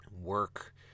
work